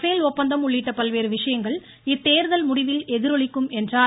பேல் ஒப்பந்தம் உள்ளிட்ட பல்வேறு விசயங்கள் இத்தேர்தல் முடிவில் எதிரொலிக்கும் என்றார்